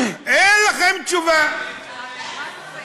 90% מהצבא.